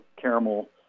caramel